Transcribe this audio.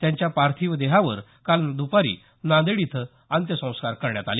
त्यांच्या पार्थिव देहावर काल दुपारी नांदेड इथं अत्यंसंस्कार करण्यात आले